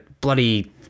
bloody